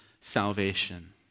salvation